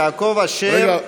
יעקב אשר,